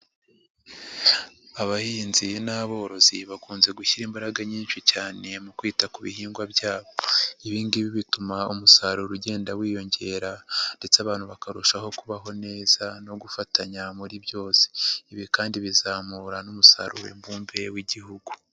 Abahinzi n'aborozi bakunze gushyira imbaraga nyinshi cyane mu kwita ku bihingwa byabo, ibi ngibi bituma umusaruro ugenda wiyongera, ndetse abantu bakarushaho kubaho neza no gufatanya muri byose, ibi kandi bizamura n'umusaruro mbumbe w'igihugu.